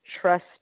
trust